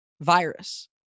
virus